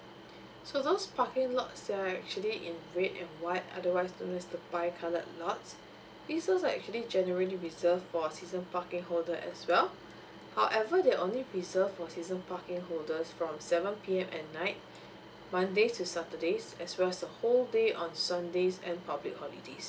so those parking lots that are actually in red and white are the ones known as the bi coloured lots these lots are generally reserved for season parking holders as well however they are only reserved for season parking holders from seven p m at night mondays to saturdays as well as the whole day on sundays and public holidays